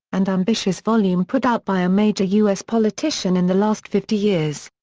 and ambitious volume put out by a major us politician in the last fifty years.